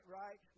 right